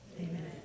Amen